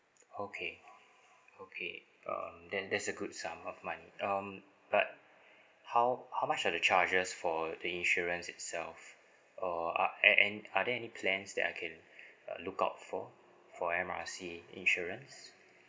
okay okay um then that's a good sum of money um but how how much are the charges for the insurance itself or uh and and are there any plans that I can uh look up for for M R C insurance